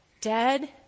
dead